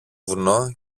βουνό